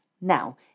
Now